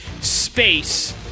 space